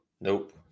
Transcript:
nope